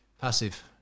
Passive